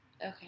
Okay